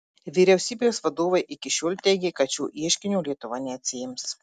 vyriausybės vadovai iki šiol teigė kad šio ieškinio lietuva neatsiims